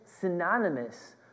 synonymous